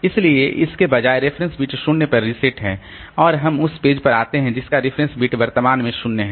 इसलिए इसके बजाय रेफरेंस बिट 0 पर रीसेट है और हम उस पेज पर आते हैं जिसका रेफरेंस बिट वर्तमान में 0 है